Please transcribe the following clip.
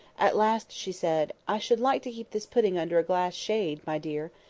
at last she said, i should like to keep this pudding under a glass shade, my dear!